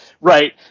right